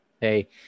Hey